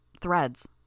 Threads